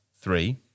three